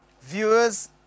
Viewers